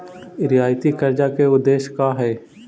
रियायती कर्जा के उदेश्य का हई?